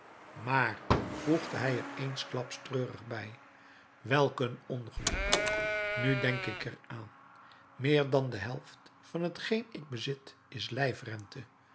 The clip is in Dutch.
maar voegde hij er eensklaps treurig bij welk een ongeluk nu denk ik er aan meer dan de helft van t geen ik bezit is